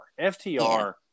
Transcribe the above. FTR